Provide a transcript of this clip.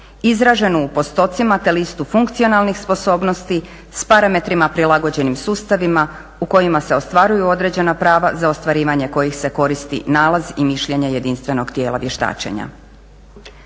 izraženu u postotcima, te listu funkcionalnih sposobnosti s parametrima prilagođenim sustavima u kojima se ostvaruju određena prava za ostvarivanje kojih se koristi nalaz i mišljenje jedinstvenog tijela vještačenja.